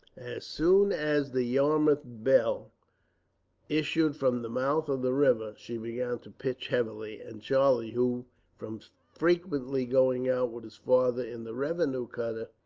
soon as the yarmouth belle issued from the mouth of the river, she began to pitch heavily and charlie, who from frequently going out with his father in the revenue cutter,